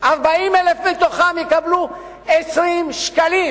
40,000 מתוכם יקבלו 20 שקלים.